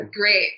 great